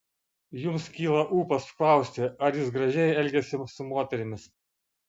jums kyla ūpas klausti ar jis gražiai elgiasi su moterimis